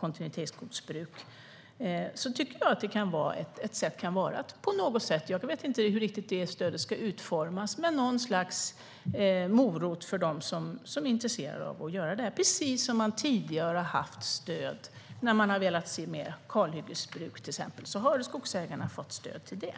kontinuitetsskogsbruk kan ett sätt vara något slags morot - jag vet inte riktigt hur stödet ska utformas - för dem som är intresserade. Det är precis som det tidigare har funnits stöd för mer kalhyggesbruk. Då har skogsägarna fått stöd till det.